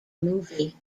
movie